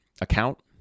account